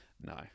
no